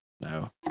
No